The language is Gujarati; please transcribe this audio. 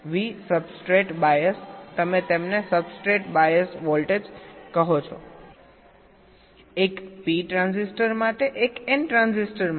વી સબસ્ટ્રેટ બાયસ તમે તેમને સબસ્ટ્રેટ બાયસ વોલ્ટેજ કહો છોએક P ટ્રાન્ઝિસ્ટર માટે એક N ટ્રાન્ઝિસ્ટર માટે